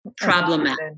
problematic